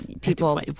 people